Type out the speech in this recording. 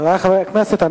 חברי חברי הכנסת,